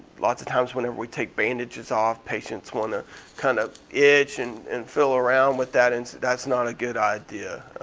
lots of times whenever we take bandages off patients wanna kinda kind of itch and and feel around with that and that's not a good idea.